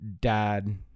dad